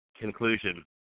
Conclusion